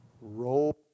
Roll